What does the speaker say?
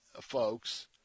folks